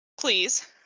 please